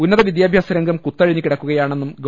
ഉന്നത വിദ്യാഭ്യാസ രംഗം കുത്തഴിഞ്ഞ് കിടക്കുകയാണെന്നും ഗവ